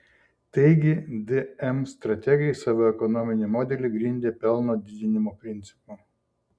taigi dm strategai savo ekonominį modelį grindė pelno didinimo principu